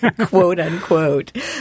quote-unquote